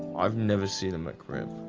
i've never seen him a crimp.